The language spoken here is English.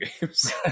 games